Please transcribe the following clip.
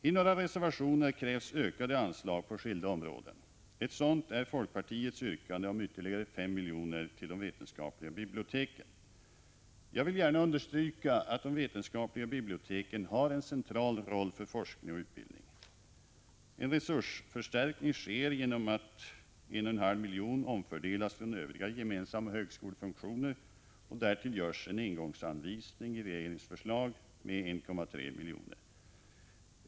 I några reservationer krävs ökade anslag på skilda områden. Ett sådant är folkpartiets yrkande om ytterligare 5 milj.kr. till de vetenskapliga biblioteken. Jag vill understryka att de vetenskapliga biblioteken har en central roll för forskning och utbildning. En resursförstärkning sker genom att 1,55 milj.kr. omfördelas från övriga verksamma högskolefunktioner. Därtill föreslår regeringen en engångsanvisning om 1,34 milj.kr.